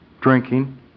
drinking